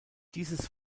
dieses